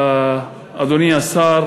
אדוני השר,